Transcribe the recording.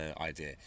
idea